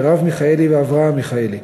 מרב מיכאלי ואברהם מיכאלי.